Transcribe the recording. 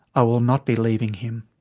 i will not be leaving him.